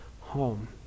home